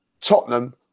Tottenham